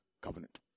covenant